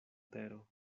tero